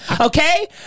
okay